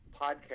podcast